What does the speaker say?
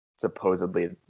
supposedly